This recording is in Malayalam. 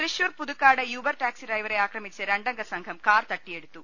തൃശൂർ പുതുക്കാട് യൂബർ ടാക്സി ഡ്രൈവറെ ആക്രമിച്ച് രണ്ടംഗസംഘം കാർ തട്ടിയെടുത്തു